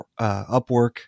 Upwork